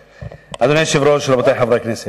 אדוני היושב-ראש, רבותי חברי הכנסת,